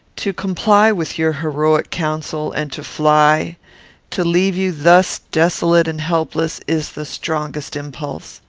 to comply with your heroic counsel, and to fly to leave you thus desolate and helpless, is the strongest impulse.